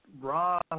raw